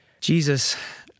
Jesus